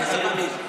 עשר פעמים.